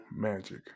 Magic